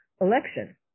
election